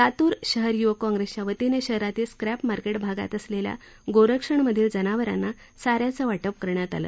लातूर शहर य्वक काँग्रेसच्या वतीनं शहरातील स्क्रॅप मार्केट भागात असलेल्या गोरक्षण मधील जनावरांना चाऱ्याचे वाटप करण्यात आलं